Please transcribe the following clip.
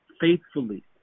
faithfully